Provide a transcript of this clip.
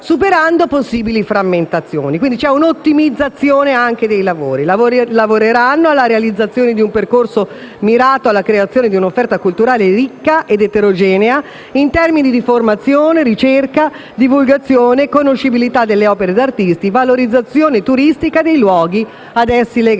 superando possibili frammentazioni: quindi c'è anche un'ottimizzazione del lavoro. Lavoreranno alla realizzazione di un percorso mirato alla creazione di un'offerta culturale ricca ed eterogenea in termini di formazione, ricerca, divulgazione, conoscibilità delle opere di artisti, valorizzazione turistica dei luoghi ad essi legati